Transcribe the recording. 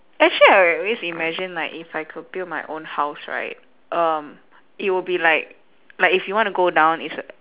actually I always imagine like if I could build my own house right um it'll be like like if you want to go down it's a